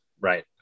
Right